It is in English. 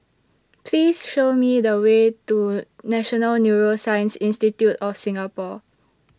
Please Show Me The Way to National Neuroscience Institute of Singapore